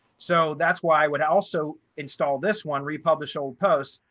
so that's why i would also install this one republish old posts,